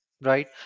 right